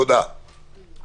לכן